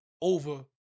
over